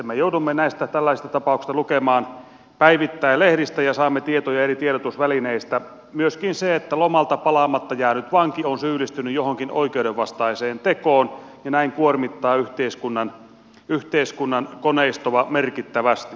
me joudumme tällaisista tapauksista lukemaan päivittäin lehdistä ja saamme tietoja eri tiedotusvälineistä myöskin siitä että lomalta palaamatta jäänyt vanki on syyllistynyt johonkin oikeudenvastaiseen tekoon ja näin kuormittaa yhteiskunnan koneistoa merkittävästi